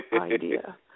idea